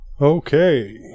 okay